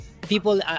people